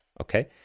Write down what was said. Okay